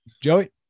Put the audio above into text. Joey